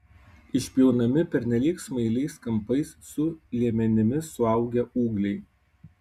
išpjaunami pernelyg smailiais kampais su liemenimis suaugę ūgliai